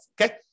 Okay